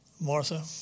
Martha